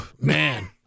Man